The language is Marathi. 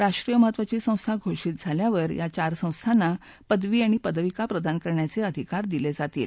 राष्ट्रीय महत्वाची संस्था घोषित झाल्यावर या चार संस्थांना पदवी अथवा पदविका प्रदान करण्याचे अधिकार दिले जातील